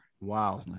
Wow